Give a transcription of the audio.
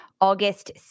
August